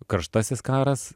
karštasis karas